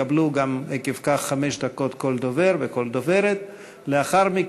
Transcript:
אני קובע כי הודעתו של יושב-ראש ועדת הכנסת אושרה על-ידי המליאה.